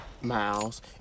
Miles